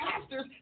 pastors